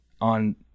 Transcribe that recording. on